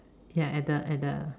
ya at the at the